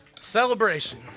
celebration